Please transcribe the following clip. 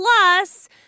Plus